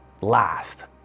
last